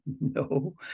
no